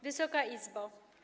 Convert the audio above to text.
Wysoka Izbo!